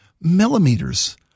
millimeters